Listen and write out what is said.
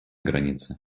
границы